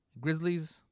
Grizzlies